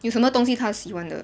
有什么东西她喜欢的